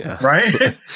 right